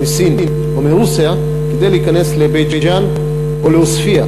מסין או מרוסיה כדי להיכנס לבית-ג'ן או לעוספיא.